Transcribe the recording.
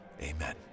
Amen